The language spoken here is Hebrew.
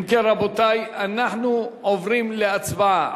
אם כן, רבותי, אנחנו עוברים להצבעה.